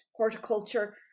horticulture